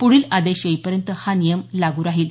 पुढील आदेश येईपर्यंत हा नियम लागू राहील